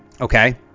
Okay